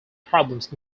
problems